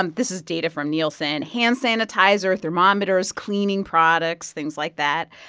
um this is data from nielsen. hand sanitizer, thermometers, cleaning products, things like that.